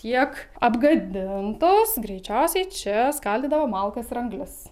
tiek apgadintos greičiausiai čia skaldydavo malkas ir anglis